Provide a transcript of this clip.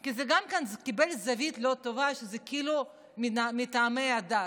כי זה גם קיבל זווית לא טובה, שזה כאילו מטעמי דת,